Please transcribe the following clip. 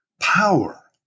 power